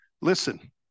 Listen